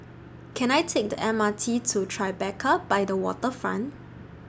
Can I Take The M R T to Tribeca By The Waterfront